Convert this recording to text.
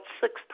six